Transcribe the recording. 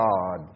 God